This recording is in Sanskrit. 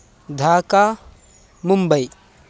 धाका मुम्बै